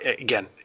again